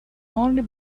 only